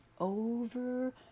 over